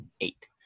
eight